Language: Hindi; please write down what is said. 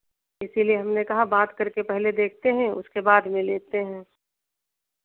इसीलिए हमने कहा बात कर के पहले देखते हैं उसके बाद में लेते हैं